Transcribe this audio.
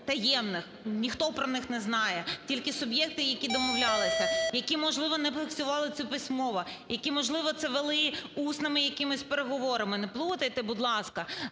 таємних, ніхто про них не знає, тільки суб'єкти, які домовлялися, які, можливо, не фіксували це письмово, які, можливо, це вели усними якимись переговорами. Не плутайте, будь ласка,